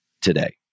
today